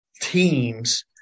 teams